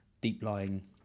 deep-lying